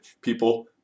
People